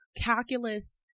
calculus